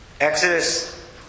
Exodus